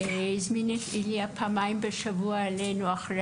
הזמין את איליה פעמיים בשבוע אחר